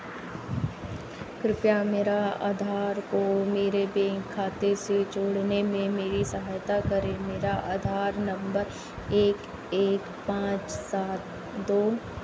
कृपया मेरे आधार को मेरे बैंक खाते से जोड़ने में मेरी सहायता करें मेरा आधार नंबर एक एक पाँच सात दो